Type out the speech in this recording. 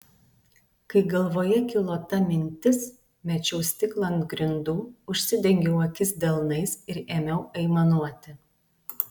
kai galvoje kilo ta mintis mečiau stiklą ant grindų užsidengiau akis delnais ir ėmiau aimanuoti